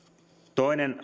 toinen